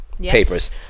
papers